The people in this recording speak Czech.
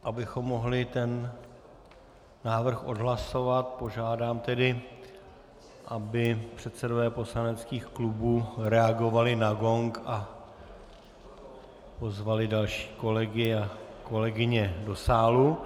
Abychom mohli tento návrh odhlasovat, požádám tedy, aby předsedové poslaneckých klubů reagovali na gong a pozvali další kolegy a kolegyně do sálu.